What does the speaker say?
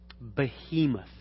behemoth